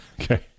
Okay